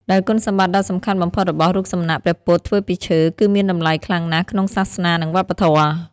ដែលគុណសម្បត្តិដ៏សំខាន់បំផុតរបស់រូបសំណាកព្រះពុទ្ធធ្វើពីឈើ គឺមានតម្លៃខ្លាំងណាស់ក្នុងសាសនា និងវប្បធម៌។